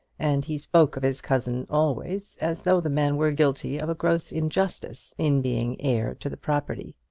and he spoke of his cousin always as though the man were guilty of a gross injustice in being heir to the property.